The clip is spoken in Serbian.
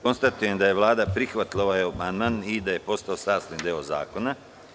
Konstatujem da je Vlada prihvatila ovaj amandman i da je postao sastavni deo Predloga zakona.